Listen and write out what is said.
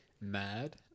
mad